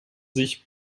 sich